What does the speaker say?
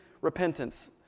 repentance